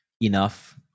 enough